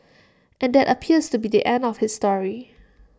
and that appears to be the end of his story